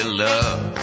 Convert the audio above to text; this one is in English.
love